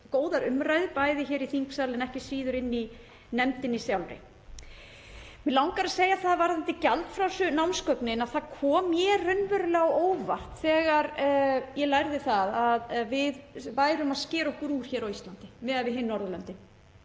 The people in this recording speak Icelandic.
góðar umræður, bæði hér í þingsal en ekki síður inni í nefndinni sjálfri. Mig langar að segja varðandi gjaldfrjálsu námsgögnin að það kom mér raunverulega á óvart þegar ég lærði það að við skærum okkur úr hér á Íslandi miðað við hin Norðurlöndin.